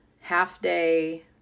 half-day